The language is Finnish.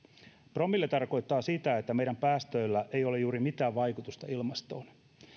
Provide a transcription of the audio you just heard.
promille tarkoittaa sitä että meidän päästöillä ei ole juuri mitään vaikutusta ilmastoon